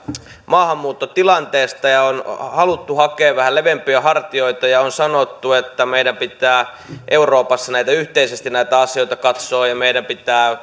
maahanmuuttotilanteesta ja on haluttu hakea vähän leveämpiä hartioita ja on sanottu että meidän pitää euroopassa yhteisesti näitä asioita katsoa ja meidän pitää